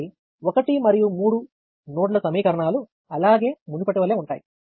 కాబట్టి 1 మరియు 3 నోడ్ల సమీకరణాలు అలాగే మునుపటి వలె ఉంటాయి